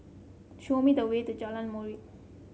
show me the way to Jalan Molek